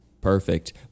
perfect